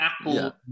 Apple